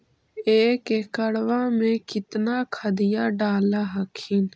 एक एकड़बा मे कितना खदिया डाल हखिन?